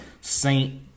saint